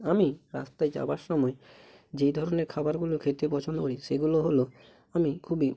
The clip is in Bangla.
আমি রাস্তায় যাবার সময় যেই ধরনের খাবারগুলো খেতে পছন্দ করি সেগুলো হলো আমি খুবই